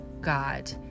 God